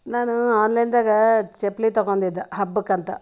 ನಾನು ಆನ್ಲೈನ್ದಾಗ ಚಪ್ಪಲಿ ತಗೊಂಡಿದ್ದ ಹಬ್ಬಕ್ಕಂತ